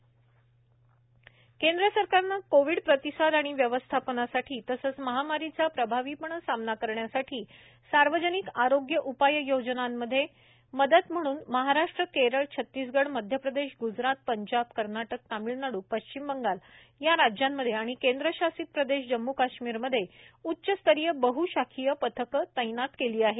उच्चस्तरीय बह शाखीय पथक केंद्र सरकारने कोविड प्रतिसाद आणि व्यवस्थापनासाठी तसेच महामारीचा प्रभावीपणे सामना करण्यासाठी सार्वजनिक आरोग्य उपाययोजनांमध्ये मदत म्हणूनमहाराष्ट्र केरळ छत्तीसगड मध्यप्रदेश गुजरात पंजाब कर्नाटक तामिळनाडू पश्चिम बंगाल या राज्यांमध्ये आणि केंद्रशासित प्रदेश जम्मू काश्मीरमध्ये उच्चस्तरीय बहु शाखीय पथके तैनात केली आहेत